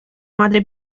madre